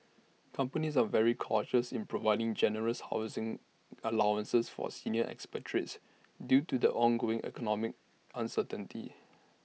companies are very cautious in providing generous housing allowances for senior expatriates due to the ongoing economic uncertainty